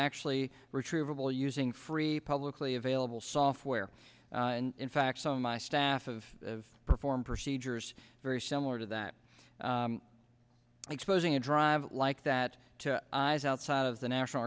actually retrievable using free publicly available software and in fact some of my staff of perform procedures very similar to that exposing a drive like that to eyes outside of the national